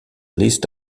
list